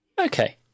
Okay